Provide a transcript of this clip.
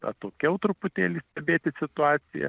atokiau truputėlį stebėti situaciją